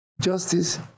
justice